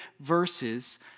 verses